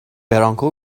برانکو